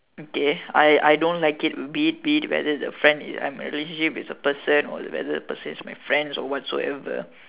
okay I I don't like it be it be it whether the friend I'm in a relationship with the person or whether the person is my friends or whatsoever